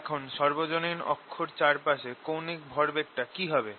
এখন সর্বজনীন অক্ষ এর চারপাশে কৌণিক ভরবেগটা কি হবে